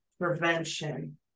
prevention